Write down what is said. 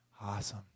Awesome